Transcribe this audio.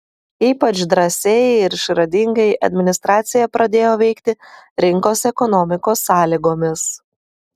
ypač drąsiai ir išradingai administracija pradėjo veikti rinkos ekonomikos sąlygomis